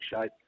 shape